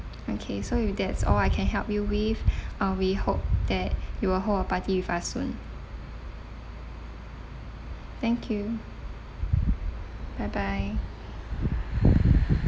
okay so if that's all I can help you with uh we hope that you will hold a party with us soon thank you bye bye